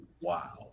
wow